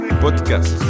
Podcast